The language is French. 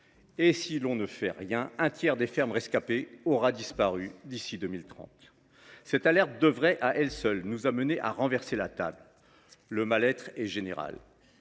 Et si l’on ne fait rien, un tiers des fermes rescapées auront disparu d’ici à 2030. Cette alerte devrait à elle seule nous conduire à renverser la table. Le mal être est général.